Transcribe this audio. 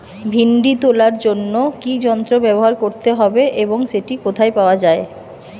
ভিন্ডি তোলার জন্য কি যন্ত্র ব্যবহার করতে হবে এবং সেটি কোথায় পাওয়া যায়?